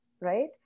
right